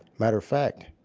matter of fact,